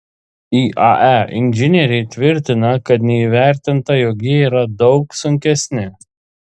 iae inžinieriai tvirtina kad neįvertinta jog jie yra daug sunkesni